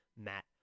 Matt